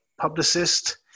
publicist